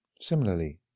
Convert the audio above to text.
Similarly